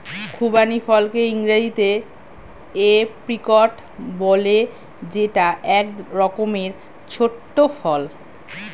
খুবানি ফলকে ইংরেজিতে এপ্রিকট বলে যেটা এক রকমের ছোট্ট ফল